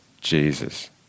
Jesus